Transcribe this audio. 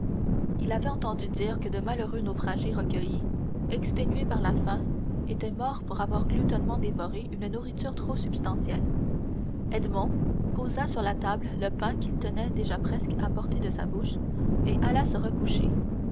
il avait entendu dire que de malheureux naufragés recueillis exténués par la faim étaient morts pour avoir gloutonnement dévoré une nourriture trop substantielle edmond posa sur la table le pain qu'il tenait déjà presque à portée de sa bouche et alla se recoucher